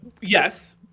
Yes